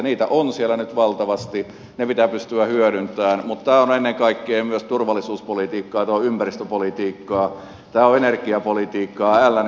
niitä on siellä nyt valtavasti ne pitää pystyä hyödyntämään mutta tämä on ennen kaikkea myös turvallisuuspolitiikkaa tämä on ympäristöpolitiikkaa tämä on energiapolitiikkaa lngtä